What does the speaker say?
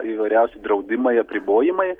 įvairiausi draudimai apribojimai